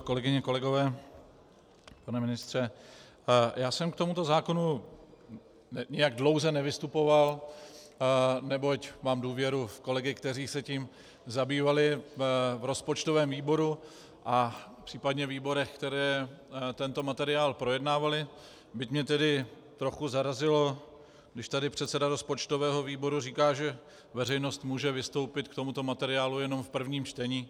Kolegyně a kolegové, pane ministře, já jsem k tomuto zákonu nijak dlouze nevystupoval, neboť mám důvěru v kolegy, kteří se tím zabývali v rozpočtovém výboru a případně výborech, které tento materiál projednávaly, byť mě tedy trochu zarazilo, když tady předseda rozpočtového výboru říká, že veřejnost může vystoupit k tomuto materiálu jenom v prvním čtení.